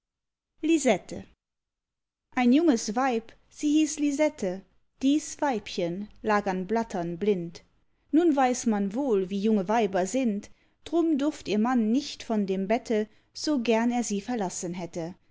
lisette ein junges weib sie hieß lisette dies weibchen lag an blattern blind nun weiß man wohl wie junge weiber sind drum durft ihr mann nicht von dem bette so gern er sie verlassen hätte